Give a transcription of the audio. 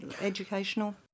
educational